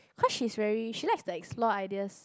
cause she's very she likes to explore ideas